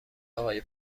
آقای